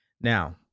Now